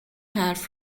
حرف